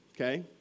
Okay